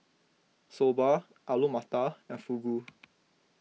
Soba Alu Matar and Fugu